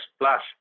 plus